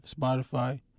Spotify